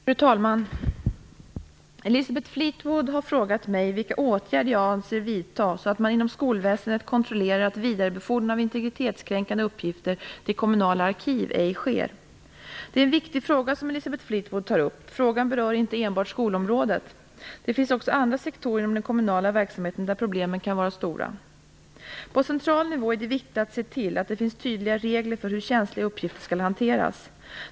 Fru talman! Elisabeth Fleetwood har frågat mig vilka åtgärder jag avser vidta så att man inom skolväsendet kontrollerar att vidarebefordran av integritetskränkande uppgifter till kommunala arkiv ej sker. Det är en viktig fråga som Elisabeth Fleetwood tar upp. Frågan berör inte enbart skolområdet. Det finns också andra sektorer inom den kommunala verksamheten där problemen kan vara stora. På central nivå är det viktigt att se till att det finns tydliga regler för hur känsliga uppgifter skall hanteras.